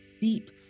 deep